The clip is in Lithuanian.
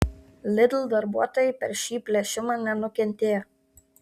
lidl darbuotojai per šį plėšimą nenukentėjo